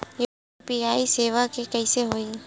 UPI सेवा के कइसे होही?